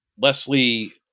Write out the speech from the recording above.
leslie